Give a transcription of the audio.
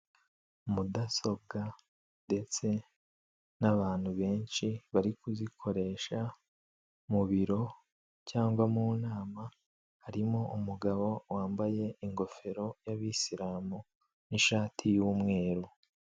Mudasobwa ndetse n'abantu benshi bari kuzikoresha mu biro cyangwa mu nama, harimo umugabo wambaye ingofero y'abisilamu n'ishati y'umweru.